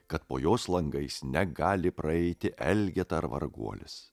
kad po jos langais negali praeiti elgeta ar varguolis